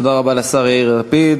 תודה רבה לשר יאיר לפיד.